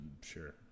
Sure